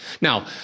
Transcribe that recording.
Now